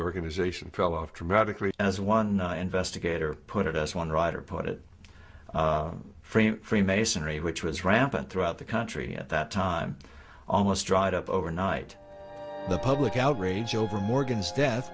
organization fell off dramatically as one i investigate or put it as one writer put it frame freemasonry which was rampant throughout the country at that time almost dried up overnight the public outrage over morgan's death